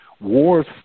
wars